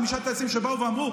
חמישה טייסים שבאו ואמרו,